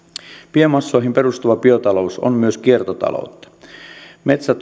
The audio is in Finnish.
biomassoihin perustuva biotalous on myös kiertotaloutta metsä